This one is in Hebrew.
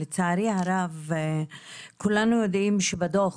לצערי הרב כולנו יודעים שבדוח,